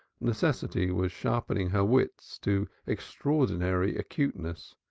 necessity was sharpening her wits to extraordinary acuteness.